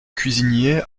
cuisinier